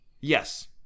Yes